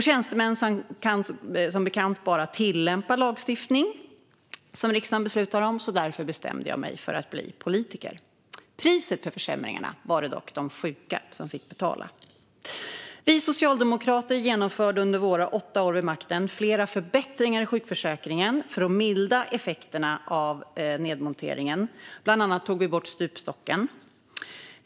Tjänstemän kan som bekant bara tillämpa lagstiftning som riksdagen beslutar om, så därför bestämde jag mig för att bli politiker. Priset för försämringarna var det dock de sjuka som fick betala. Vi socialdemokrater genomförde under våra åtta år vid makten flera förbättringar i sjukförsäkringen för att mildra effekterna av nedmonteringen. Bland annat tog vi bort stupstocken.